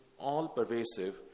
all-pervasive